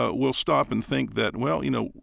ah will stop and think that, well, you know,